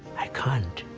i can't.